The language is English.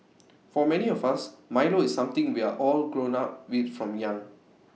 for many of us milo is something we're all grown up with from young